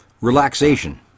Relaxation